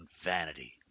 vanity